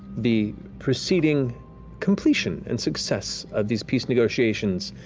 the proceeding completion and success of these peace negotiations.